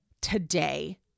today